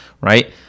right